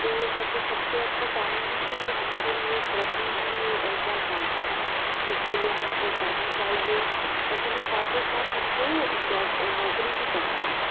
तो मैं तो सबसे अच्छा चाहूंगी कि हमारे लिए कृषि ही ऐसा साधन है जिसके लिए हमको करना चाहिए ऐसा नहीं साथों साथ हमको जॉब नौकरी भी करना है